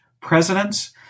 presidents